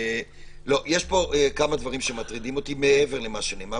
יש פה כמה דברים שמטרידים אותי מעבר למה שנאמר,